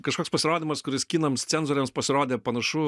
kažkoks pasirodymas kuris kinams cenzoriams pasirodė panašu